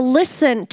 listen